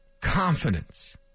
confidence